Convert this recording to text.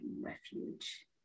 refuge